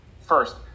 first